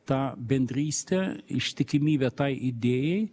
tą bendrystę ištikimybę tai idėjai